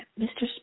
Mr